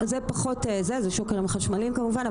זה שוקרים חשמליים כמובן,